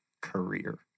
career